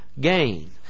gain